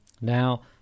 Now